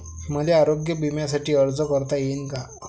मले आरोग्य बिम्यासाठी अर्ज करता येईन का?